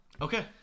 Okay